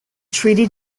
treaty